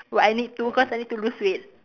will I need to cause I need to lose weight